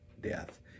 death